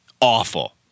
awful